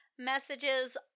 messages